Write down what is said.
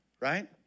Right